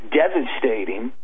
devastating